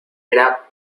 era